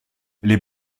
les